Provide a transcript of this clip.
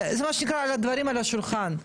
זה מה שנקרא דברים על השולחן.